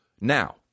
Now